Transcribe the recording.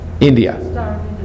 India